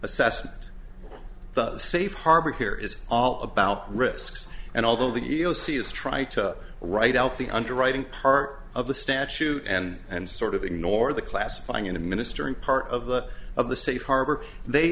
the safe harbor here is all about risks and although the e e o c is try to write out the underwriting part of the statute and and sort of ignore the classifying in a minister in part of the of the safe harbor they